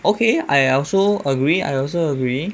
okay I also agree I also agree